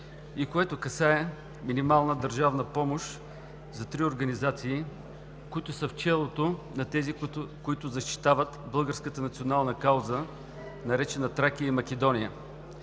и което касае минимална държавна помощ за три организации, които са в челото на тези, които защитават българската национална кауза, наречена Тракия и Македония.